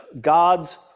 God's